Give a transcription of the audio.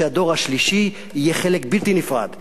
שהדור השלישי יהיה חלק בלתי נפרד מהישראליות,